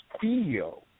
feel